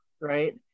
right